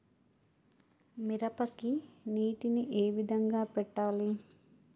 మిరపకి నీటిని ఏ విధంగా పెట్టాలి?